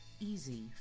easy